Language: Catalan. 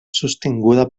sostinguda